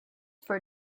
for